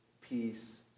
peace